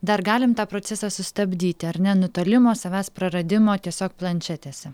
dar galim tą procesą sustabdyti ar ne nutolimo savęs praradimo tiesiog planšetėse